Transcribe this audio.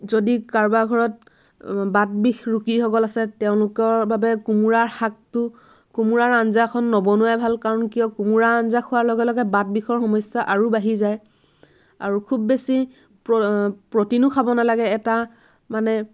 যদি কাৰোবাৰ ঘৰত বাত বিষ ৰোগীসকল আছে তেওঁলোকৰ বাবে কোমোৰাৰ শাকটো কোমোৰাৰ আঞ্জাখন নবনোৱাই ভাল কাৰণ কিয় কোমোৰা আঞ্জা খোৱাৰ লগে লগে বাত বিষৰ সমস্যা আৰু বাঢ়ি যায় আৰু খুব বেছি প্ৰটিনো খাব নালাগে এটা মানে